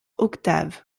octaves